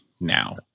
now